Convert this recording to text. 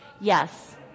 Yes